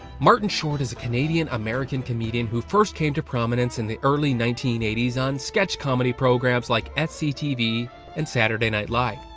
martin short is a canadian american comedian who first came to prominence in the early nineteen eighty s on sketch comedy programs like sctv and saturday night live.